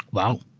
wow.